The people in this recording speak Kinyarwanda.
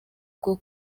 bwo